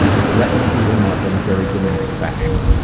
he threatened to beat him up in a very dramatic fashion.